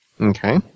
Okay